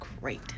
great